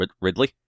Ridley